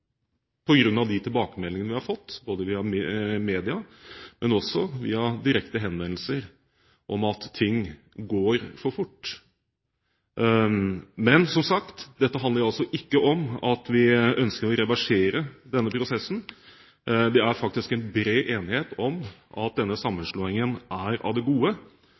de tilbakemeldingene vi har fått både via media og via direkte henvendelser om at ting går for fort. Men som sagt, dette handler altså ikke om at vi ønsker å reversere denne prosessen. Det er faktisk bred enighet om at denne sammenslåingen er av det gode.